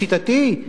לשיטתי,